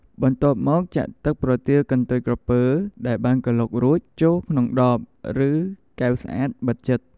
បន្ទាប់់មកចាក់ទឹកប្រទាលកន្ទុយក្រពើដែលបានក្រឡុករួចចូលក្នុងដប ឬកែវស្អាតបិទជិត។